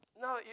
No